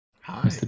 Hi